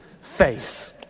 face